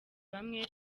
bamwe